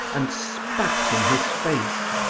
and spat in his face.